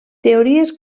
teories